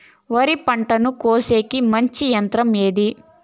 వరి పంటను కోసేకి మంచి యంత్రం ఏది?